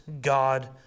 God